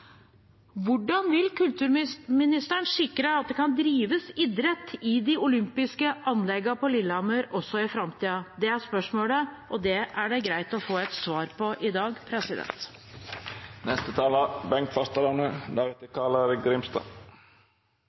Hvordan vil kulturministeren sikre at det kan drives idrett i de olympiske anleggene på Lillehammer også i framtiden? Det er spørsmålet, og det er det greit å få et svar på i dag.